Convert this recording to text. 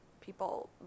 people